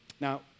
Now